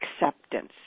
acceptance